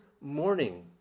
morning